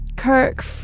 Kirk